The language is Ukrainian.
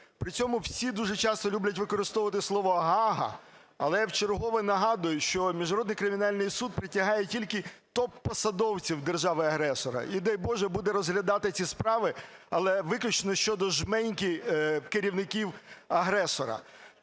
При цьому всі дуже часто люблять використовувати слово "Гаага", але вчергове нагадую, що Міжнародний кримінальний суд притягає тільки топпосадовців держави-агресора, і, дай боже, буде розглядати ці справи, але виключно щодо жменьки керівників агресора.